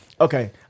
Okay